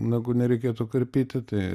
nagų nereikėtų karpyti tai